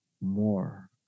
more